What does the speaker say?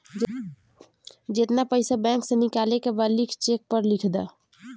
जेतना पइसा बैंक से निकाले के बा लिख चेक पर लिख द